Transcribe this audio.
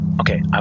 okay